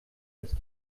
ist